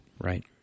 Right